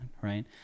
right